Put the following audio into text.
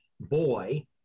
boy